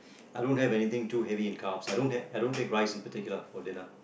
I don't have anything too heavy in carbs I don't have I don't take rice in particular for dinner